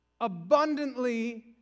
abundantly